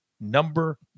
number